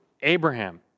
Abraham